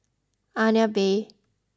Agnes B